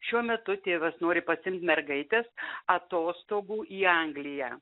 šiuo metu tėvas nori pasiimt mergaites atostogų į angliją